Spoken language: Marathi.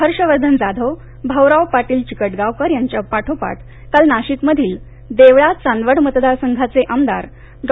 हर्षवर्धन जाधव भाऊराव पाटील चिकटगावकर यांच्या पाठोपाठ काल नाशिकमधील देवळा चांदवड मतदारसंघाचे आमदार डॉ